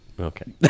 okay